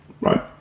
right